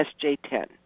SJ-10